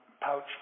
pouch